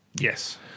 Yes